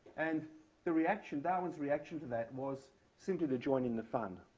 and the reaction, darwin's reaction to that, was simply to join in the fun.